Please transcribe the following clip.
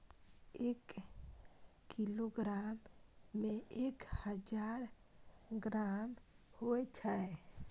एक किलोग्राम में एक हजार ग्राम होय छै